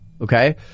Okay